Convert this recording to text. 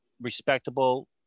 respectable